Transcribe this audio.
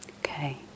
Okay